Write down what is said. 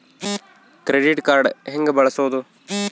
Credit card ಹೆಂಗ ಬಳಸೋದು?